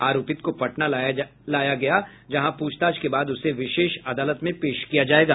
आरोपित को पटना लाया जा रहा है जहां पूछताछ के बाद उसे विशेष अदालत में पेश किया जायेगा